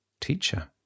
teacher